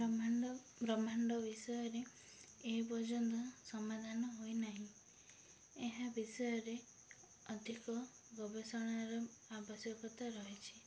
ବ୍ରହ୍ମାଣ୍ଡ ବ୍ରହ୍ମାଣ୍ଡ ବିଷୟରେ ଏ ପର୍ଯ୍ୟନ୍ତ ସମାଧାନ ହୋଇ ନାହିଁ ଏହା ବିଷୟରେ ଅଧିକ ଗବେଷଣାର ଆବଶ୍ୟକତା ରହିଛି